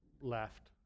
left